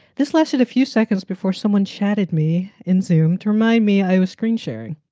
this lasted a few seconds before someone chatted me in zoom to remind me i was screen sharing.